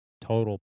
total